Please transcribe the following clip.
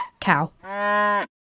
cow